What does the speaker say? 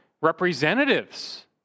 representatives